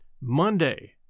Monday